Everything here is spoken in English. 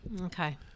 Okay